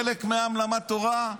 חלק מהעם למד תורה,